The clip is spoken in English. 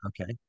Okay